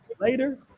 later